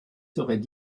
seraient